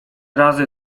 razy